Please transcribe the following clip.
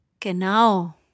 Genau